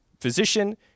physician